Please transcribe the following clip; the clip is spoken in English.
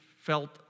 felt